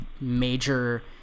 major